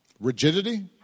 Rigidity